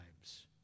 lives